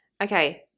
Okay